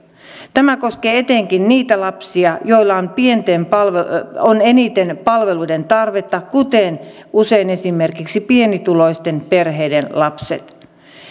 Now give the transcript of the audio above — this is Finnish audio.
tämä koskee etenkin niitä lapsia joilla on eniten palveluiden tarvetta kuten usein esimerkiksi pienituloisten perheiden lapsilla